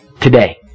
Today